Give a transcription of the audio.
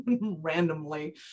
randomly